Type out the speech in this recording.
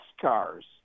cars